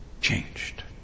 changed